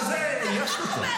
למלשינים אל תהיה תקווה.